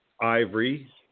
Ivory